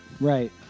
Right